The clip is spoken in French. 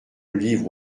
livre